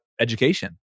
education